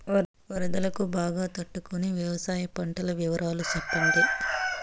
వరదలకు బాగా తట్టు కొనే వ్యవసాయ పంటల వివరాలు చెప్పండి?